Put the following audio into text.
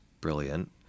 brilliant